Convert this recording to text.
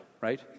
right